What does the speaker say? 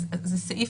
אז זה סעיף